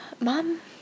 mom